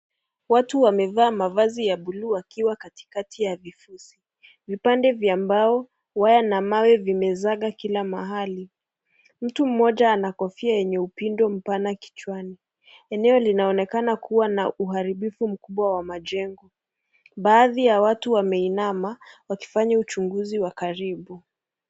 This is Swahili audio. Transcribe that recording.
Watu wamevaa mavazi ya buluu wakiwa katikati ya vifusi , vipande vya mbao , waya na mawe vimezaga kila mahali . Mtu mmoja kofia yenye upindo mpana kichwani . Eneo linaonekana kuwa na uharibifu mkubwa wa majengo baadhi ya watu wameinama wakifanya uchunguzi wa karibu.